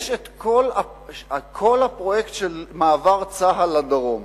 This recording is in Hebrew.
יש כל הפרויקט של מעבר צה"ל לדרום.